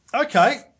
Okay